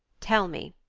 tell me,